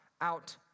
out